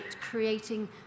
creating